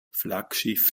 flaggschiff